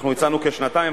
אנחנו הצענו כשנתיים,